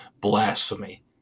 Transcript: blasphemy